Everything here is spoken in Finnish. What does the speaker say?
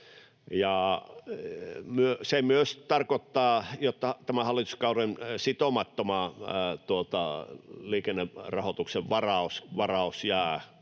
Se myös tarkoittaa, että tämän hallituskauden sitomattoman liikennerahoituksen varaus jää